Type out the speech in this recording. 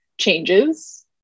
changes